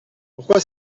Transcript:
pourquoi